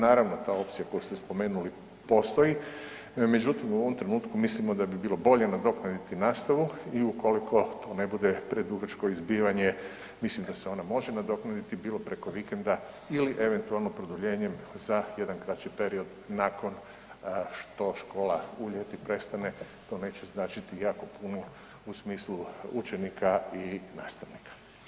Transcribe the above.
Naravno ta opcija koju ste spomenuli postoji, međutim u ovom trenutku mislimo da bi bilo bolje nadoknaditi nastavu i ukoliko to ne bude predugačko izbivanje mislim da se ona može nadoknaditi bilo preko vikenda ili eventualno produljenjem za jedan kraći period nakon što škola u ljeti prestane, to neće značiti jako puno u smislu učenika u nastavnika.